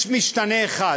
יש משתנה אחד.